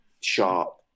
sharp